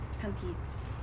competes